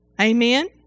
Amen